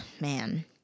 man